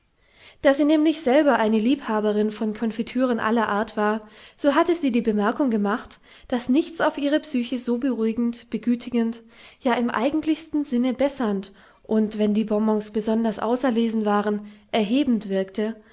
da sie nämlich selber eine liebhaberin von konfitüren aller art war so hatte sie die bemerkung gemacht daß nichts auf ihre psyche so beruhigend begütigend ja im eigentlichsten sinne bessernd und wenn die bonbons besonders auserlesen waren erhebend wirkte